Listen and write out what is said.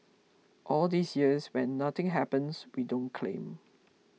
all these years when nothing happens we don't claim